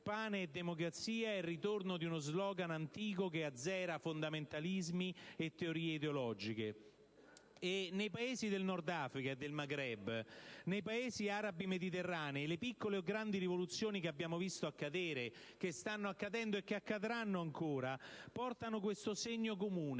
il ritorno di uno *slogan* antico che azzera fondamentalismi e teorie ideologiche. Nei Paesi del Nord Africa e del Maghreb, nei Paesi arabi mediterranei, le piccoli o grandi rivoluzioni che abbiamo visto accadere, che stanno accadendo e che accadranno ancora portano questo segno comune: